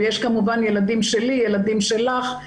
ויש כמובן ילדים שלי, ילדים שלך.